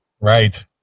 Right